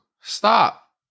Stop